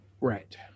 Right